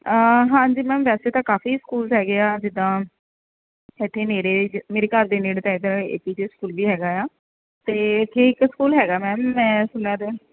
ਹਾਂਜੀ ਮੈਮ ਵੈਸੇ ਤਾਂ ਕਾਫੀ ਸਕੂਲ ਹੈਗੇ ਆ ਜਿੱਦਾਂ ਇੱਥੇ ਨੇੜੇ ਮੇਰੇ ਘਰ ਦੇ ਨੇੜੇ ਤਾਂ ਹੈਗਾ ਏਪੀਜੇ ਸਕੂਲ ਵੀ ਹੈਗਾ ਆ ਅਤੇ ਇੱਥੇ ਇੱਕ ਸਕੂਲ ਹੈਗਾ ਮੈਮ ਮੈਂ ਸੁਣਿਆ ਅਤੇ